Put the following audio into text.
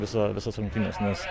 visą visas rungtynes nes